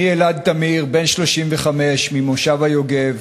אני אלעד תמיר, בן 35, ממושב היוגב,